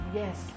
yes